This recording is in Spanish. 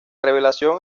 revelación